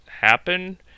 happen